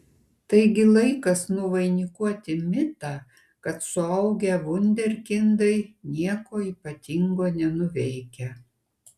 taigi laikas nuvainikuoti mitą kad suaugę vunderkindai nieko ypatingo nenuveikia